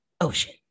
ocean